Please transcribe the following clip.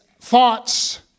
thoughts